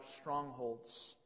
strongholds